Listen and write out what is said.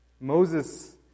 Moses